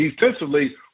defensively